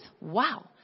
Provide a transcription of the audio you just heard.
Wow